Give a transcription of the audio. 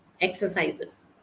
exercises